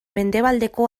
mendebaldeko